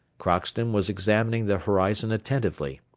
crockston was examining the horizon attentively,